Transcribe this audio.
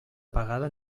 apagada